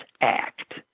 act